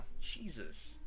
jesus